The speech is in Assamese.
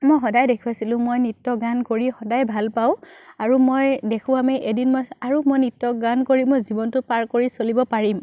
ম সদায় দেখুৱাইছিলোঁ মই নৃত্য গান কৰি সদায় ভাল পাওঁ আৰু মই দেখুৱামেই এদিন মই আৰু মই নৃত্য গান কৰি মই জীৱনটো পাৰ কৰি চলিব পাৰিম